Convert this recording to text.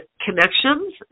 connections